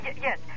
Yes